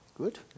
Good